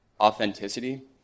authenticity